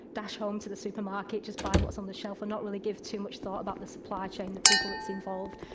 dash home to the supermarket, just buy what's on the shelf and not really give too much thought about the supply chain, the people that's involved.